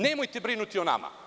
Nemojte brinuti o nama.